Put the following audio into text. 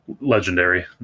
Legendary